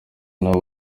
nabo